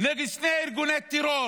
נגד שני ארגוני טרור